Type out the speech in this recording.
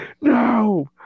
No